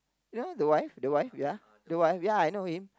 ya the wife the wife ya the wife ya I know him